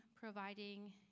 providing